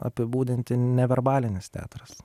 apibūdinti neverbalinis teatras